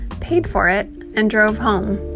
paid for it and drove home.